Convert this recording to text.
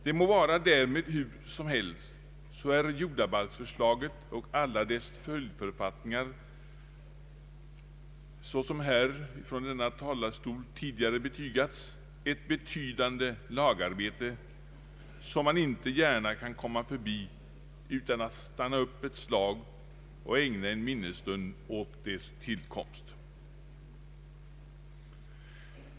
Det må vara därmed hur som helst; jordabalksförslaget och alla dess följdförfattningar är, såsom från denna talarstol tidigare betygats, ett betydande lagarbete som man inte gärna kan komma förbi utan att stanna upp ett slag och ägna en minnesstund åt dess tillkomst.